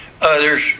others